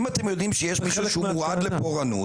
אם אתם יודעים שיש מישהו שהוא מועד לפורענות,